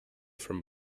from